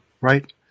right